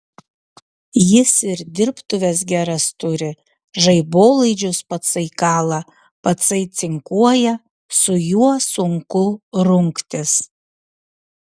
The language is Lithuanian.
jis ir dirbtuves geras turi žaibolaidžius patsai kala patsai cinkuoja su juo sunku rungtis